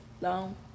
Long